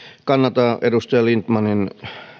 kannatan edustaja lindtmanin